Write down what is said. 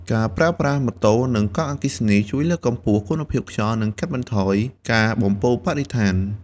ការប្រើប្រាស់ម៉ូតូនិងកង់អគ្គិសនីជួយលើកកម្ពស់គុណភាពខ្យល់និងកាត់បន្ថយការបំពុលបរិស្ថាន។